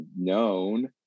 known